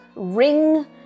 Ring